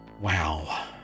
Wow